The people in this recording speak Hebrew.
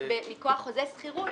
מכוח חוזה שכירות,